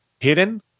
hidden